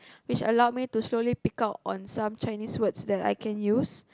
which allow me to slowly pick out on some Chinese words that I can use